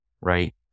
right